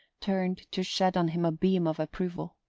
turned to shed on him a beam of approval.